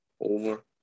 over